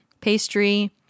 pastry